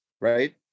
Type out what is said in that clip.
right